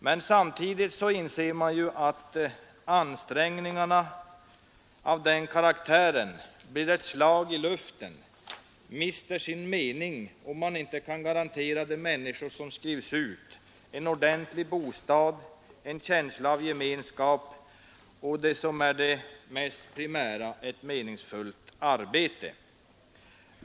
Men samtidigt inser man ju att ansträngningar av den karaktären blir ett slag i luften och mister sin mening om man inte kan garantera de människor som skrivs ut en ordentlig bostad, en känsla av gemenskap och — det som är det primära — ett meningsfullt arbete.